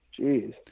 jeez